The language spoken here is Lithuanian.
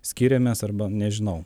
skiriamės arba nežinau